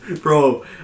Bro